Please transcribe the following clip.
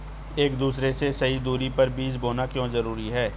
एक दूसरे से सही दूरी पर बीज बोना क्यों जरूरी है?